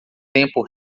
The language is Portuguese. tempo